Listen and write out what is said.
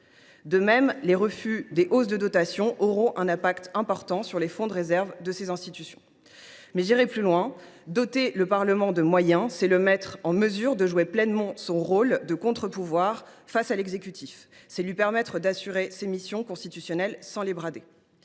patrimoine historique, et aura un impact important sur les fonds de réserve de ces institutions. Mais j’irai plus loin : doter le Parlement de moyens, c’est le mettre en mesure de jouer pleinement son rôle de contre pouvoir face à l’exécutif. C’est lui permettre d’assurer ses missions constitutionnelles sans les brader.